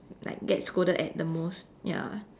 like get scolded at the most ya